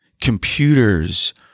computers